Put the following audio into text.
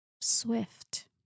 swift